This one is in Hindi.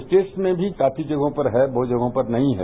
स्टेट्स में भी काफी जगहों पर है बहुत सी जगहों पर नहीं है